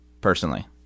personally